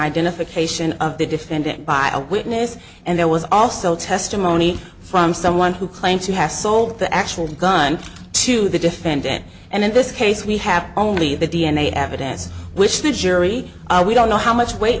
identification of the defendant by a witness and there was also testimony from someone who claimed to have sold the actual gun to the defendant and in this case we have only the d n a evidence which the jury we don't know how much weight